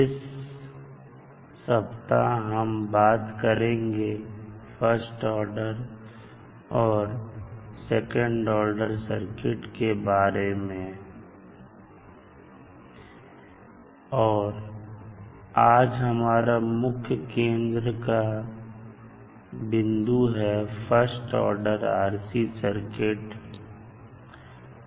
इस सप्ताह हम बात करेंगे फर्स्ट ऑर्डर और सेकंड ऑर्डर सर्किट के बारे में और आज हमारा मुख्य केंद्र का बिंदु फर्स्ट ऑर्डर RC सर्किट होगा